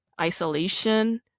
isolation